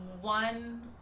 one